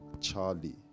Charlie